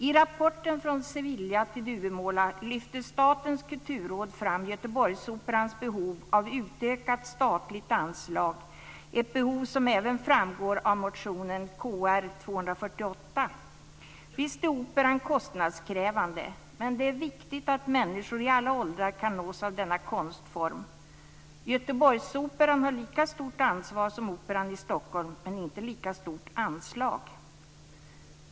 I rapporten Från Sevilla till Duvemåla lyfter Statens kulturråd fram Göteborgsoperans behov av utökat statligt anslag, ett behov som även framgår av motionen Kr248. Visst är operan kostnadskrävande, men det är viktigt att människor i alla åldrar kan nås av denna konstform. Göteborgsoperan har lika stort ansvar som operan i Stockholm men inte lika stort anslag.